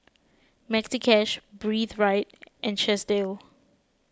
Maxi Cash Breathe Right and Chesdale